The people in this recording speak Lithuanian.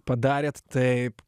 padarėt taip